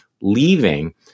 leaving